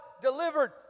delivered